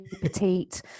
petite